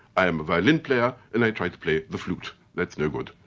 i am a violin player and i try to play the flute, that's no good.